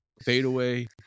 fadeaway